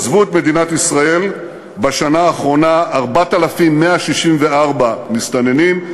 עזבו את מדינת ישראל בשנה האחרונה 4,164 מסתננים.